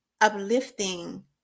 uplifting